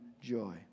joy